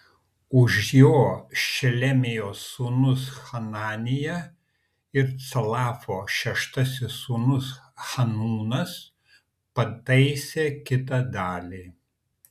už jo šelemijos sūnus hananija ir calafo šeštasis sūnus hanūnas pataisė kitą dalį